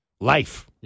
life